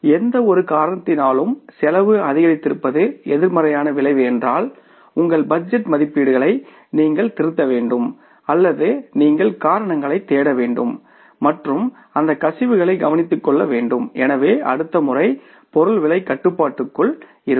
எந்தவொரு காரணத்தினாலும் செலவு அதிகரித்திருப்பது எதிர்மறையான விளைவு என்றால் உங்கள் பட்ஜெட் மதிப்பீடுகளை நீங்கள் திருத்த வேண்டும் அல்லது நீங்கள் காரணங்களைத் தேட வேண்டும் மற்றும் அந்த கசிவுகளை கவனித்துக்கொள்ள வேண்டும் எனவே அடுத்த முறை பொருள் விலை கட்டுப்பாட்டுக்குள் இருக்கும்